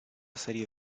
serie